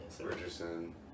Richardson